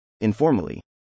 Informally